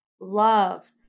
love